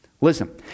Listen